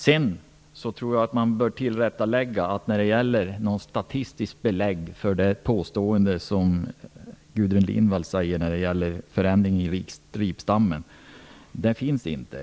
Jag tror att man bör tillrättalägga Gudrun Lindvalls påstående när det gäller förändring i ripstammen och säga att det inte finns något statistiskt belägg för det.